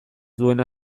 duena